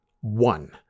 one